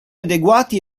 adeguati